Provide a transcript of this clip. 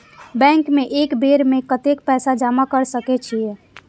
Bank में एक बेर में कतेक पैसा जमा कर सके छीये?